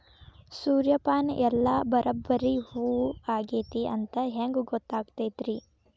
ಸೂರ್ಯಪಾನ ಎಲ್ಲ ಬರಬ್ಬರಿ ಹೂ ಆಗೈತಿ ಅಂತ ಹೆಂಗ್ ಗೊತ್ತಾಗತೈತ್ರಿ?